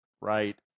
Right